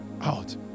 out